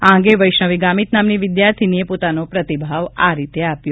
આ અંગે વૈષ્ણવી ગામીત નામની વિદ્યાર્થીનીએ પોતાનો પ્રતિભાવ આપ્યો